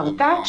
פרטאץ',